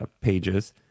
pages